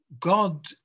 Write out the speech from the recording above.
God